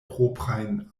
proprajn